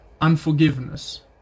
unforgiveness